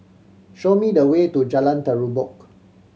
show me the way to Jalan Terubok